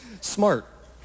smart